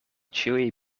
ĉiuj